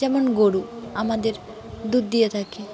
যেমন গরু আমাদের দুধ দিয়ে থাকে